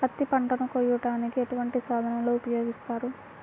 పత్తి పంటను కోయటానికి ఎటువంటి సాధనలు ఉపయోగిస్తారు?